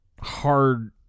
hard